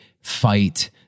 fight